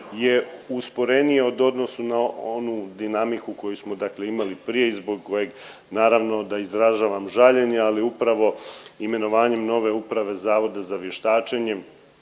je usporenije u odnosu na onu dinamiku koju smo dakle imali prije i zbog koje naravno da izražavam žaljenje, ali upravo imenovanjem nove uprave Zavoda za vještačenje